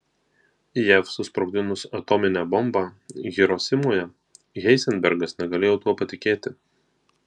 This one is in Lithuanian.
jav susprogdinus atominę bombą hirosimoje heizenbergas negalėjo tuo patikėti